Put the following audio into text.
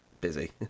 busy